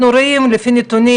לפי הנתונים,